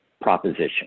proposition